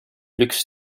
luxe